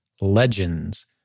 legends